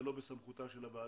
זה לא בסמכותה של הוועדה,